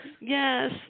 yes